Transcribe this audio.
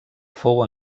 fou